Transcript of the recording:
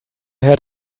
had